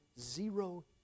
zero